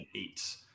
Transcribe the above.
eight